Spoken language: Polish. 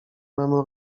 memu